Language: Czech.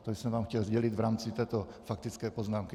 To jsem vám chtěl sdělit v rámci této faktické poznámky.